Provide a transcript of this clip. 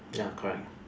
ya correct